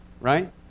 right